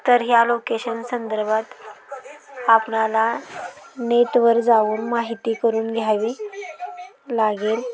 तर ह्या लोकेशन संदर्भात आपणाला नेटवर जाऊन माहिती करून घ्यावी लागेल